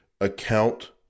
account